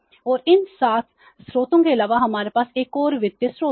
और इन 7 स्रोतों के अलावा हमारे पास एक और वित्तीय स्रोत है